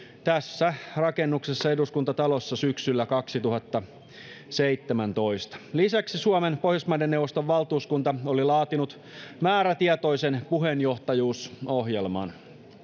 tässä rakennuksessa eduskuntatalossa syksyllä kaksituhattaseitsemäntoista lisäksi suomen pohjoismaiden neuvoston valtuuskunta oli laatinut määrätietoisen puheenjohtajuusohjelman